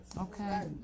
Okay